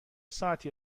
ساعتی